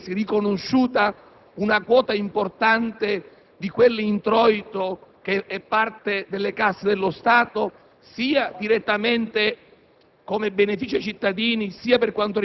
il giusto diritto di vedersi riconosciuta una quota importante di quell'introito, che è parte delle casse dello Stato, sia direttamente